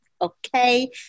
Okay